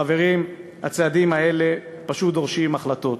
חברים, הצעדים האלה פשוט דורשים החלטות.